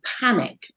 panic